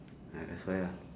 ah that's why uh